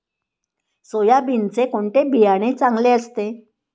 सोयाबीनचे कोणते बियाणे चांगले असते?